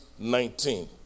19